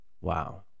wow